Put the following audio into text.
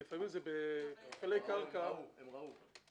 כי לפעמים- - הם ראו.